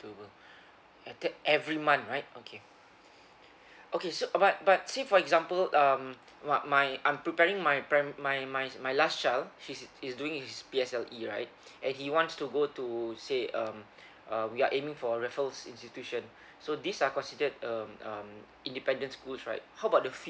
doable at that every month right okay okay so uh but but say for example um my my I'm preparing my prim~ my my my last child he's he's doing his P_S_L_E right and he wants to go to say um uh we are aiming for raffles institution so these are considered um um independent schools right how about the fee